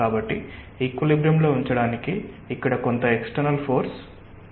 కాబట్టి ఈక్విలిబ్రియమ్ లో ఉంచడానికి ఇక్కడ కొంత ఎక్ష్టెర్నల్ ఫోర్స్ ఉంది